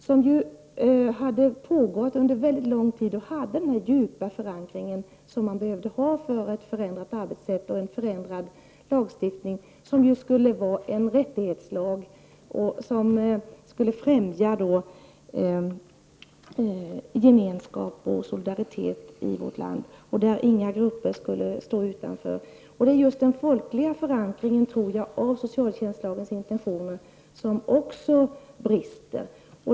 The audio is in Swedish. Förarbetena hade ju utarbetats under en lång tid och hade den djupa förankring som behövdes för ett förändrat arbetssätt och en förändrad lagstiftning som skulle vara en rättighetslag och skulle främja gemenskap och solidaritet i vårt land. Ingen grupp skulle stå utanför. Det är den folkliga förankringen av socialtjänstlagens intentioner som brister.